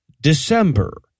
December